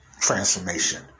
transformation